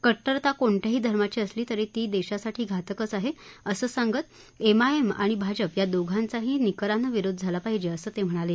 कट्टरता ही कोणत्याही धर्माची असली तरी ती देशासाठी घातकच आहे असं सांगत एमआयएम आणि भाजप या दोघांचाही निकरानं विरोध झाला पाहिजे असं ते म्हणाले